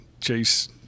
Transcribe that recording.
chase